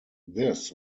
this